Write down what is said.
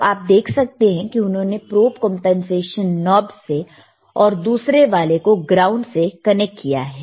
तो आप देख सकते हैं कि उन्होंने प्रोब कंपनसेशन नॉब से और दूसरे वाले को ग्राउंड से कनेक्ट किया है